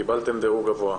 קיבלתם דירוג גבוה.